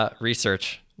Research